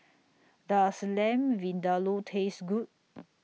Does Lamb Vindaloo Taste Good